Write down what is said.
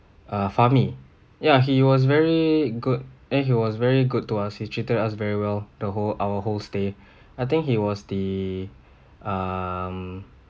uh farmi ya he was very good and he was very good to us he treated us very well the whole our whole stay I think he was the um